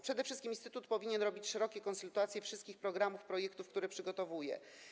Przede wszystkim instytut powinien robić szerokie konsultacje wszystkich programów i projektów, które przygotowuje.